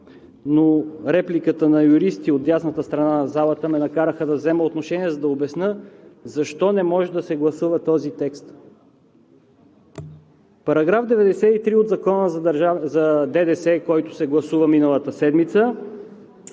но репликите на юристи от дясната страна на залата ме накараха да взема отношение, за да обясня защо не може да се гласува този текст. Параграф 93 от Закона за ДДС, който се гласува миналата седмица,